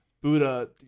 buddha